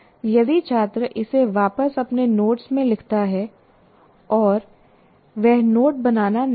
यदि छात्र इसे वापस अपने नोट्स में लिखता है और वह नोट बनाना नहीं है